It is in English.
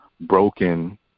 broken